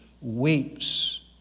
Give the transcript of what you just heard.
weeps